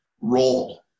role